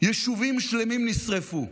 יישובים שלמים נשרפו.